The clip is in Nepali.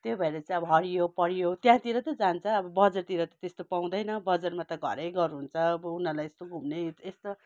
त्यो भएर चाहिँ अब हरियो परियो त्यहाँतिर त जान्छ अब बजारतिर त त्यस्तो पाउँदैन बजारमा त घरै घर हुन्छ अब उनीहरूलाई यस्तो घुम्ने यस्तो